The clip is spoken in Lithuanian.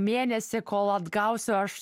mėnesį kol atgausiu aš